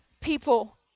people